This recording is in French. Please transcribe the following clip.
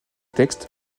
textes